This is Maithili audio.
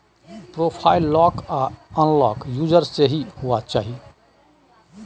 प्रोफाइल लॉक आर अनलॉक यूजर से ही हुआ चाहिए